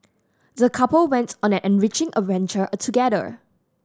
the couple went on an enriching adventure together